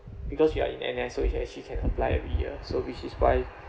because you are in N_S so you can actually can apply every year so which is why